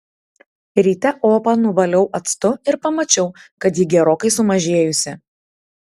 ryte opą nuvaliau actu ir pamačiau kad ji gerokai sumažėjusi